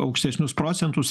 aukštesnius procentus